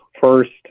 first